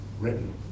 written